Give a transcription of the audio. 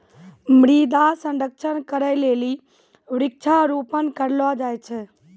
मृदा संरक्षण करै लेली वृक्षारोपण करलो जाय छै